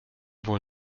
wohl